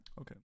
Okay